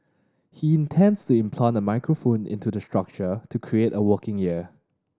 he intends to implant a microphone into the structure to create a working ear